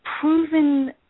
proven